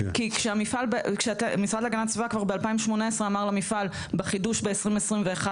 כי כשהמשרד להגנת הסביבה כבר ב-2018 אמר למפעל בחידוש ב-2021,